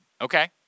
Okay